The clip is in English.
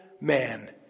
man